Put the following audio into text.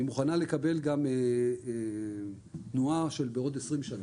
והיא מוכנה לקבל גם תנועה של עוד 20 שנה.